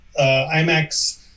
IMAX